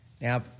Now